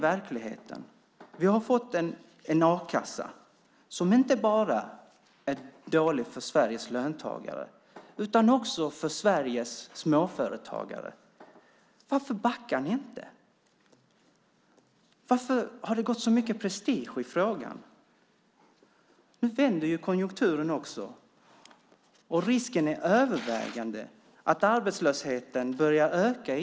Verkligheten är att vi fått en a-kassa som är dålig inte bara för Sveriges löntagare utan också för Sveriges småföretagare. Varför backar ni inte? Varför har det gått så mycket prestige i frågan? Dessutom vänder nu konjunkturen, och risken är överhängande att arbetslösheten åter börjar öka.